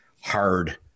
hard